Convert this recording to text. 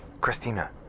Christina